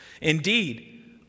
Indeed